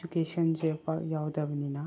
ꯏꯖꯨꯀꯦꯁꯟꯁꯦ ꯄꯥꯛ ꯌꯥꯎꯗꯕꯅꯤꯅ